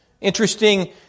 Interesting